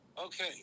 Okay